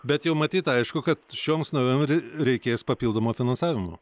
bet jau matyt aišku kad šioms naujovėm re reikės papildomo finansavimo